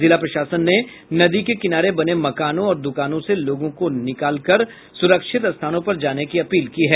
जिला प्रशासन ने नदी के किनारे बने मकानों और दुकानों से लोगों को निकालकर सुरक्षित स्थानों पर जाने की अपील की है